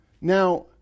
Now